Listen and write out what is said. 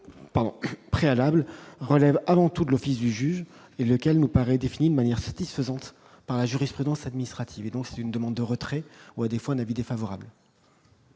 préalables relève avant tout de l'office du juge et lequel nous paraît défini manière satisfaisante par la jurisprudence administrative et donc c'est une demande de retrait ou à défaut un avis défavorable.